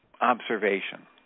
observation